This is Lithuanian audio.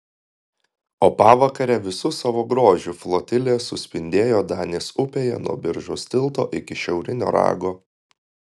o pavakare visu savo grožiu flotilė suspindėjo danės upėje nuo biržos tilto iki šiaurinio rago